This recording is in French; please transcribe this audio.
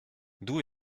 d’où